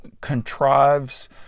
contrives